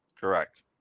Correct